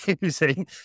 using